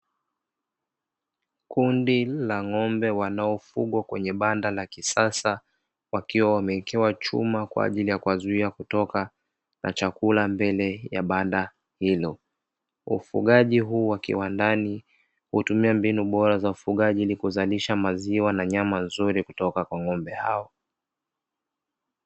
Kundi kubwa la ng'ombe wanaofugwa kwenye banda la kisasa wakiwa wamewekewa chuma kwa ajili ya kuwazuia kutoka na chakula mbele ya badaa hilo ufugaji huu wa kiwandani hutumia mbinu bora za ufugaji ni kuzalisha maziwa na nyama nzuri kutoka kwa ng'ombe hao.